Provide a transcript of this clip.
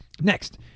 Next